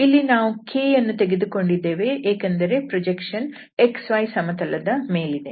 ಇಲ್ಲಿ ನಾವು k ಯನ್ನು ತೆಗೆದುಕೊಂಡಿದ್ದೇವೆ ಏಕೆಂದರೆ ಪ್ರೊಜೆಕ್ಷನ್ xy ಸಮತಲದ ಮೇಲಿದೆ